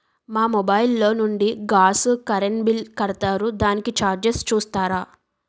మా మొబైల్ లో నుండి గాస్, కరెన్ బిల్ కడతారు దానికి చార్జెస్ చూస్తారా?